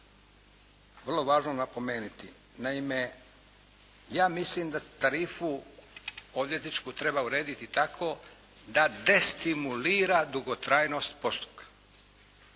vrlo važno napomenuti. Naime, ja mislim da tarifu odvjetničku treba urediti tako da destimulira dugotrajnost postupka,